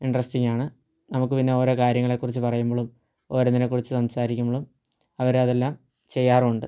ഇൻട്രസ്റ്റിങ്ങാണ് നമുക്ക് പിന്നെ ഓരോ കാര്യങ്ങളെ കുറിച്ച് പറയുമ്പളും ഓരോന്നിനെ കുറിച്ച് സംസാരിക്കുമ്പളും അവരതെല്ലാം ചെയ്യാറുണ്ട്